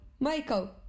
Michael